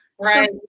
Right